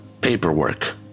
paperwork